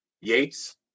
Yates